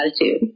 attitude